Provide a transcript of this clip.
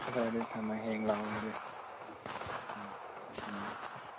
ꯐꯔꯦ ꯐꯔꯦ ꯑꯗꯨꯗꯤ ꯊꯝꯃꯒꯦ ꯍꯌꯦꯡ ꯂꯥꯛꯑꯣ ꯑꯗꯨꯗꯤ ꯎꯝ ꯎꯝ